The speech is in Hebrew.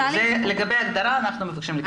לגבי הגדרה, אנחנו מבקשים לקבל.